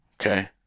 Okay